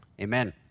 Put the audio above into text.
amen